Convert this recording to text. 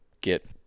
get